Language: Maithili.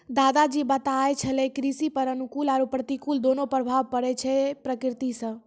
दादा जी बताय छेलै कृषि पर अनुकूल आरो प्रतिकूल दोनों प्रभाव पड़ै छै प्रकृति सॅ